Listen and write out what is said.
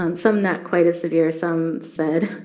um some not quite as severe. some said,